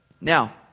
Now